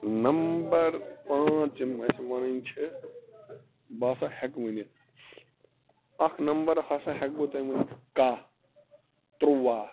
number پانٛژھ یِم اسہِ وَنٕنۍ چھِ بہٕ ہسا ہیٚکہٕ ؤنِتھ اَکھ نمبر ہسا ہیٚکہٕ بہٕ تۄہہِ ؤنِتھ کاہ ترٛواہ